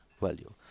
value